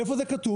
איפה זה כתוב?